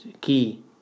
key